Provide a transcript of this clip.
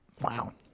Wow